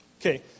Okay